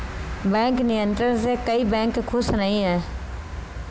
bank नियंत्रण से कई बैंक खुश नही हैं